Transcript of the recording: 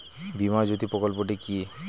বীমা জ্যোতি প্রকল্পটি কি?